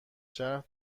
شهر